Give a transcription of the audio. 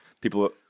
people